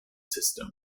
system